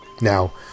Now